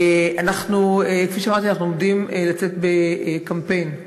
כפי שאמרתי, אנחנו עומדים לצאת בקמפיין.